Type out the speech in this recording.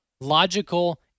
logical